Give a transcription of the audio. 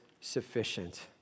sufficient